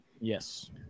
Yes